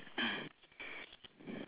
okay